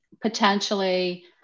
potentially